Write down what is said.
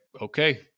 okay